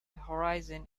horizon